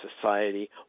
society